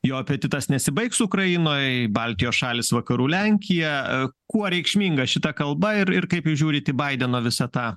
jo apetitas nesibaigs ukrainoj baltijos šalys vakarų lenkija kuo reikšminga šita kalba ir ir kaip jūs žiūrit į baideno visą tą